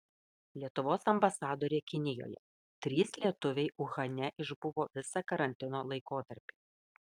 lietuvos ambasadorė kinijoje trys lietuviai uhane išbuvo visą karantino laikotarpį